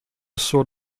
sort